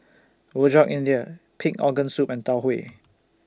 Rojak India Pig Organ Soup and Tau Huay